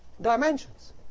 dimensions